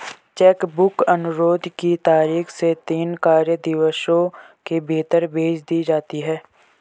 check book अनुरोध की तारीख से तीन कार्य दिवसों के भीतर भेज दी जाती है